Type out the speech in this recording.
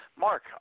Mark